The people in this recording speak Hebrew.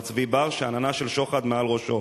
מר צבי בר, שעננה של שוחד מעל ראשו,